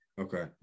okay